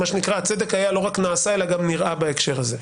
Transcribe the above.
הצדק היה לא רק נעשה אלא גם נראה בהקשר הזה.